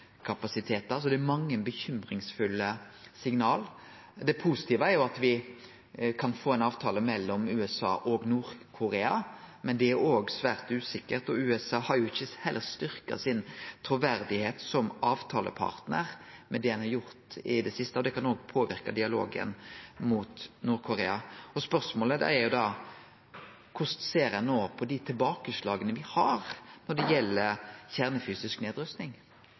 kapasitetar. Så det er mange bekymringsfulle signal. Det positive er at me kan få ein avtale mellom USA og Nord-Korea, men det er òg svært usikkert. USA har heller ikkje styrkt truverdigheita si som avtalepartnar med det ein har gjort i det siste, og det kan òg påverke dialogen med Nord-Korea. Så spørsmålet er da: Korleis ser ein no på dei tilbakeslaga me har når det gjeld kjernefysisk nedrusting?